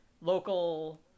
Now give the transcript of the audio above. local